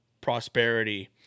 prosperity